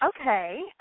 Okay